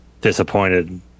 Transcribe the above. Disappointed